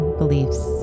beliefs